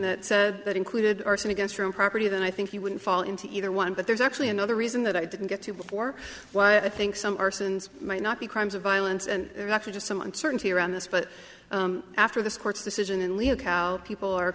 that said that included arson against your own property then i think you wouldn't fall into either one but there's actually another reason that i didn't get to or why i think some arsons might not be crimes of violence and actually just some uncertainty around this but after this court's decision and leak out people are